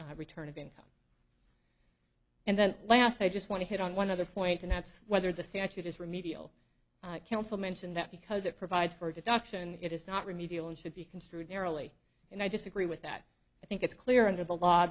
return of income and then last i just want to hit on one other point and that's whether the statute is remedial counsel mentioned that because it provides for a deduction it is not remedial and should be construed narrowly and i disagree with that i think it's clear under the law